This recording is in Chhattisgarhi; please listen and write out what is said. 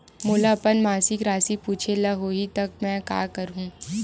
मोला अपन मासिक राशि पूछे ल होही त मैं का करहु?